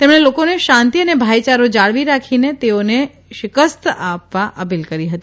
તેમણે લોકોને શાંતિ અને ભાઇયારો જાળવી રાખીને તેઓને શિકસ્ત આપવા અપીલ કરી હતી